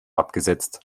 abgesetzt